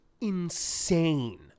insane